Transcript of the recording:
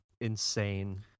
insane